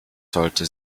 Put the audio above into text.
sollte